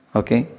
okay